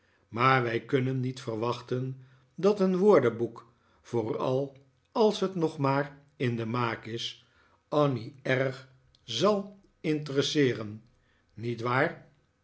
maar wij kunnen niet verwachten dat een woordenboek vooral als het nog maar in de maak is annie erg zal interesseeren niet waar